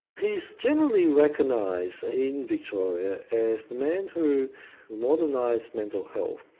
he's generally recognised in victoria as the man who modernised mental health.